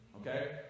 Okay